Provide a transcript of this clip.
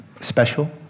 special